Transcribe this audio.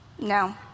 No